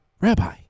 Rabbi